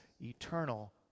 eternal